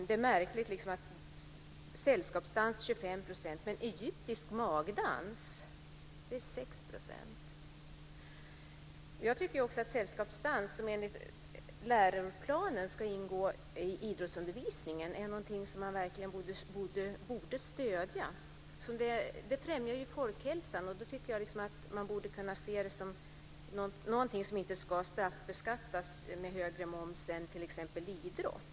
Det är märkligt att sällskapsdans beskattas med 25 % men egyptisk magdans med 6 %. Sällskapsdans ska enligt skolans läroplan ingå i idrottsundervisningen och är något som man verkligen borde stödja. Den främjar ju folkhälsan, och jag tycker att den inte ska straffbeskattas med högre moms än t.ex. för idrott.